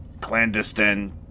clandestine